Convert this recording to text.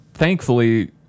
Thankfully